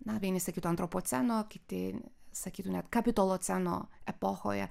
na vieni sakytų antropoceno kiti sakytų net kapitoloceno epochoje